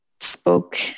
spoke